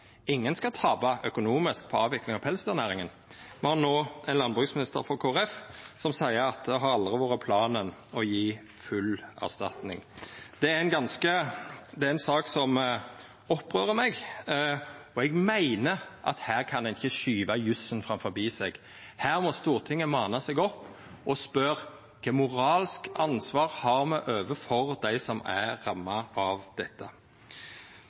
ingen skal tapa økonomisk på avvikling av pelsdyrnæringa. Me har no ein landbruksminister frå Kristeleg Folkeparti som seier at det aldri har vore planen å gje full erstatning. Det er ei sak som opprører meg, og eg meiner at her kan ein ikkje skuva jussen framfor seg. Her må Stortinget manna seg opp og spørja kva moralsk ansvar me har overfor dei som er ramma av dette.